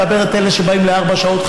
את מדברת על אלה שבאים לארבע שעות,